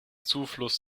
zufluss